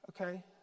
Okay